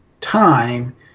time